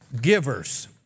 givers